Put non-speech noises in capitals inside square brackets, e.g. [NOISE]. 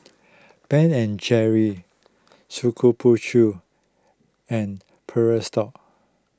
Ben and Jerry's Shokubutsu and [UNINTELLIGIBLE]